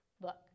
look